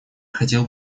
хотел